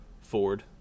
Ford